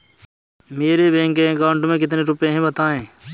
मेरे bank account में कितने रुपए हैं बताएँ?